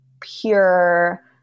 pure